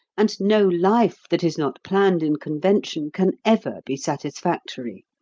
and no life that is not planned in convention can ever be satisfactory.